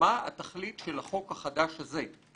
מה התכלית של החוק החדש הזה?